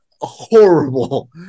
horrible